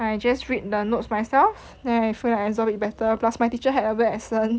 I just read the notes myself then I feel like I absorb it better plus my teacher had a weird accent